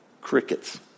crickets